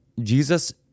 Jesus